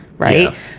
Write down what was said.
Right